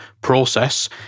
process